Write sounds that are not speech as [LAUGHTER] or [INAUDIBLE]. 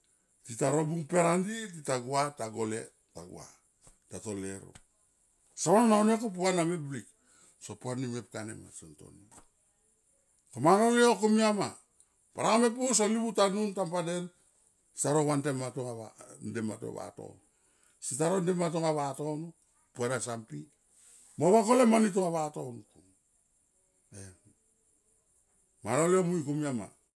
Tita ro bung pe andi tita gua ta gole ta gua i ta to leuro sa vanon au nia ko puana me blik so puani mepka nema son toni. Ko mana lol yo komia ma baranga mepur son livu tanun tam ba den sta ro vantem matonga [HESITATION] vatono, seta ro nde manga tonga vatona puana son pi mo vagole mani tonga vatono ko em mana lol yo mui komia ma.